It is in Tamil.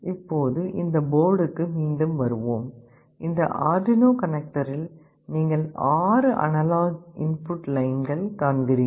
இப்போது இந்த போர்டுக்கு மீண்டும் வருவோம் இந்த அர்டுயினோ கனெக்டரில் நீங்கள் ஆறு அனலாக் இன்புட் லைன்கள் காண்கிறீர்கள்